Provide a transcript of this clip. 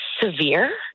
severe